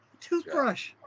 toothbrush